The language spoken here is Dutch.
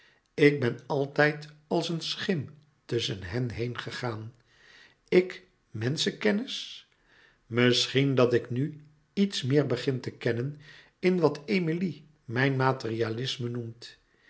ik ben altijd als een schim tusschen hen heen gegaan ik menschenkennis misschien dat ik nu iets meer begin te kennen in wat emilie mijn materialisme noemt